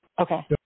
Okay